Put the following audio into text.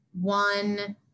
one